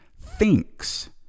thinks